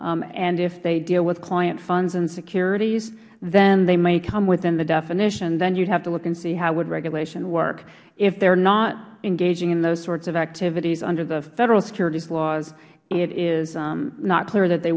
and if they deal with client funds and securities then they may come within the definition then you would have to look and see how would regulation work if they're not engaging in those sorts of activities under the federal securities laws it's not clear that they